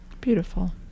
Beautiful